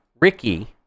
Ricky